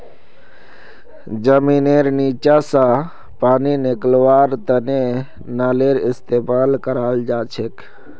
जमींनेर नीचा स पानी निकलव्वार तने नलेर इस्तेमाल कराल जाछेक